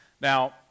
Now